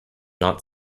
not